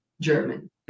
German